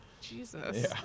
Jesus